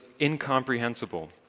incomprehensible